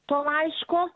to laiško